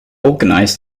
organise